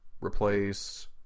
replace